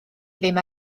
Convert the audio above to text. ddim